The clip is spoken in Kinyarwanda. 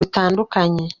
bitandukanye